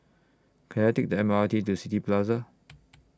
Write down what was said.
Can I Take The M R T to City Plaza